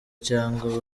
cyangwa